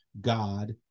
God